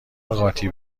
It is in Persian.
قاطی